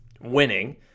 winning